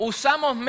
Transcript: Usamos